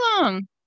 long